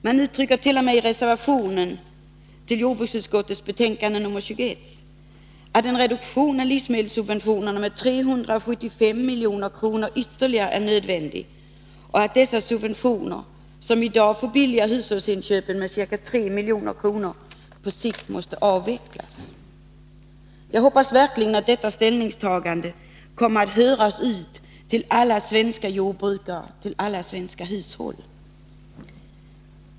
Man uttrycker t.o.m. i reservationen till jordbruksutskottets betänkande nr 21, att en reduktion av livsmedelssubventionerna med 375 milj.kr. ytterligare är nödvändig och att dessa subventioner, som i dag förbilligar hushållsinköpen med ca 3 milj.kr., på sikt måste avvecklas. Jag hoppas verkligen att detta ställningstagande kommer att höras ut till alla svenska jordbrukare och till alla svenska hushåll.